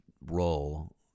role